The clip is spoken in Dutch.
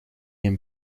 een